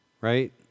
Right